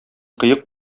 кыек